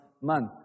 month